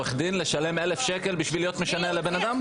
לשלם 1,000 שקל בשביל להיות משנע לבן אדם?